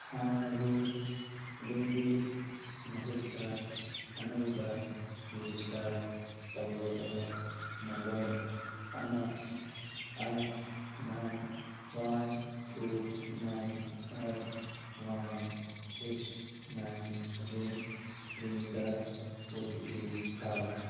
ꯍꯥꯟꯅꯒꯤ ꯑꯗꯨꯒꯤ ꯃꯍꯨꯠꯇ ꯑꯅꯧꯕ ꯔꯦꯖꯤꯁꯇꯔ ꯇꯧꯔꯕ ꯅꯝꯕꯔ ꯑꯃ eight nine one two nine five one six nine seven ꯊ꯭ꯔꯤꯗ ꯑꯣ ꯇꯤ ꯄꯤ ꯊꯥꯎ